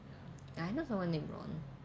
I know someone named ron